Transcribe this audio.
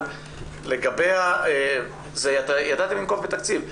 אבל ידעתם לנקוב בתקציב.